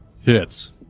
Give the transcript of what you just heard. Hits